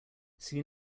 see